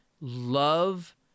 love